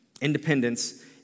Independence